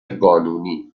قانونی